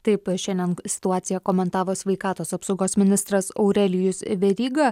taip šiandien situaciją komentavo sveikatos apsaugos ministras aurelijus veryga